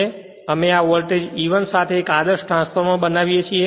હવે અમે આ વોલ્ટેજ E 1 સાથે એક આદર્શ ટ્રાન્સફોર્મર બનાવીએ છીએ